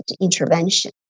intervention